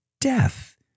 death